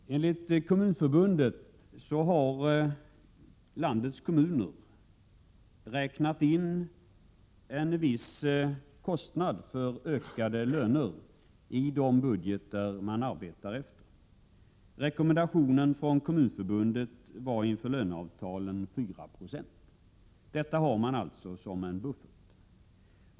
Herr talman! Enligt Kommunförbundet har landets kommuner räknat in en viss kostnad för ökade löner i de budgetar som man arbetar efter. Rekommendationen från Kommunförbundet var inför löneavtalen 4 96. Detta har man alltså som en buffert.